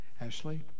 Ashley